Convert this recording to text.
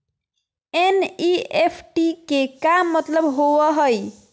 NEFT के का मतलव होव हई?